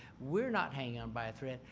we are not hanging on by a thread.